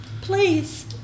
Please